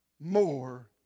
more